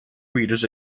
readers